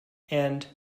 and